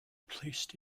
placed